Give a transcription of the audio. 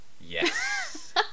Yes